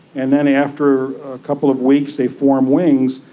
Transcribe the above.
and then after a couple of weeks they form wings,